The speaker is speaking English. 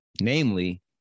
Namely